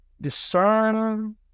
discern